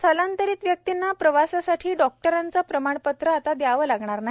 स्थलांतरित व्यक्तींना प्रवासासाठी डॉक्टरांचं प्रमाणपत्र आता द्यावं लागणार नाही